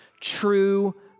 true